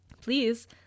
please